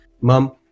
mum